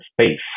space